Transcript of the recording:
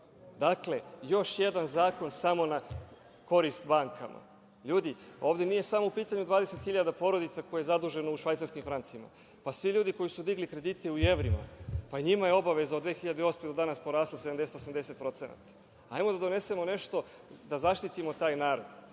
stvari. Dakle, još jedan zakon samo na korist bankama. Ovde nije samo u pitanju 20.000 porodica koje je zaduženo u švajcarskim francima. Svi ljudi koji su digli kredite u evrima, pa i njima je obaveza od 2008. godine do danas porasla 70-80%. Hajde da donesemo nešto da zaštitimo taj narod.